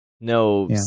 no